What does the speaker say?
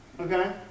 Okay